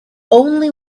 only